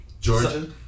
Georgia